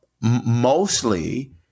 mostly